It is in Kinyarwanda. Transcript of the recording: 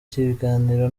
ibiganiro